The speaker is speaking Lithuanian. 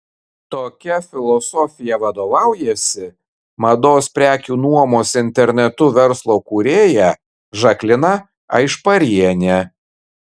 tokia filosofija vadovaujasi mados prekių nuomos internetu verslo kūrėja žaklina aišparienė